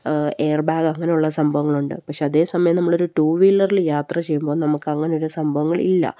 air bag അങ്ങനെയുള്ള സംഭവങ്ങളുണ്ട് പക്ഷേ അതേ സമയം നമ്മൾ ഒരു ടു വീലറിൽ യാത്ര ചെയ്യുമ്പോൾ നമുക്ക് അങ്ങനെ ഒരു സംഭവങ്ങൾ ഇല്ല